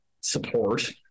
support